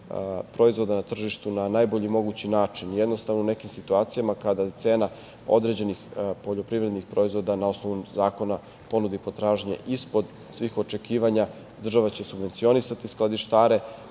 proizvoda na tržištu na najbolji mogući način. Jednostavno, u nekim situacijama kada je cena određenih poljoprivrednih proizvoda na osnovu zakona ponude i potražnje ispod svih očekivanja, država će subvencionisati skladištare,